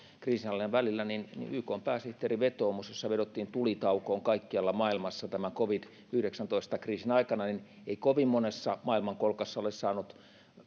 kriisinhallinnan välillä ykn pääsihteerin vetoomus jossa vedottiin tulitaukoon kaikkialla maailmassa tämän covid yhdeksäntoista kriisin aikana ei kovin monessa maailmankolkassa ole saanut